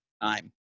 time